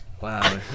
Wow